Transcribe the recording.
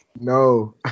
no